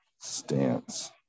Stance